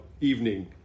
evening